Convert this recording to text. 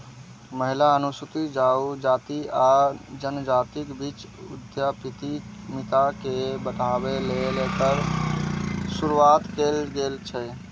महिला, अनुसूचित जाति आ जनजातिक बीच उद्यमिता के बढ़ाबै लेल एकर शुरुआत कैल गेल छै